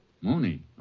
Mooney